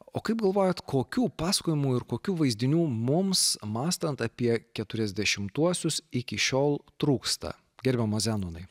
o kaip galvojat kokių pasakojimų ir kokių vaizdinių mums mąstant apie keturiasdešimtuosius iki šiol trūksta gerbiamas zenonai